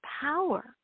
power